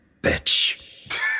bitch